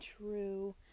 true